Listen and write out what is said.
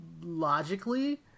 logically